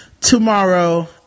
tomorrow